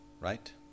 right